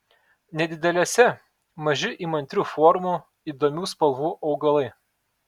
nedidelėse maži įmantrių formų įdomių spalvų augalai